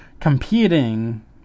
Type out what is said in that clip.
competing